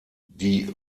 die